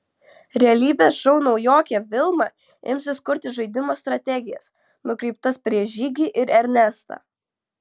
realybės šou naujokė vilma imsis kurti žaidimo strategijas nukreiptas prieš žygį ir ernestą